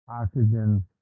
Oxygen